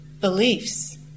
beliefs